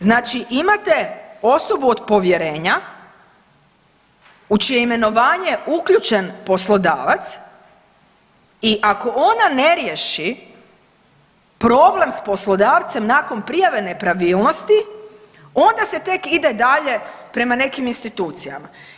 Znači imate osobu od povjerenja u čije je imenovanje uključen poslodavac i ako ona ne riješi problem s poslodavcem nakon prijave nepravilnosti onda se tek ide dalje prema nekim institucijama.